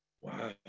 Wow